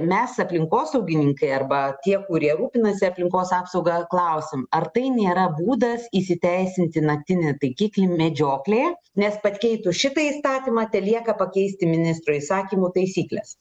mes aplinkosaugininkai arba tie kurie rūpinasi aplinkos apsauga klausėm ar tai nėra būdas įsiteisinti naktinį taikiklį medžioklėje nes pakeitus šitą įstatymą telieka pakeisti ministro įsakymu taisykles